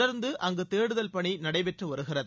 தொடர்ந்து அங்கு தேடுதல் பணி நடைபெற்று வருகிறது